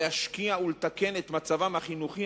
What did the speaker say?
להשקיע ולתקן את מצבם החינוכי,